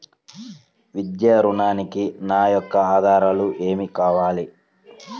విద్యా ఋణంకి నా యొక్క ఆధారాలు ఏమి కావాలి?